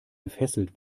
gefesselt